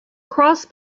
cross